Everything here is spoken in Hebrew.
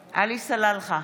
סלאלחה,